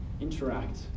interact